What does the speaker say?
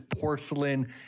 porcelain